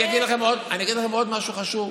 אני אגיד לכם עוד משהו חשוב,